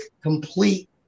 complete